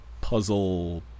puzzle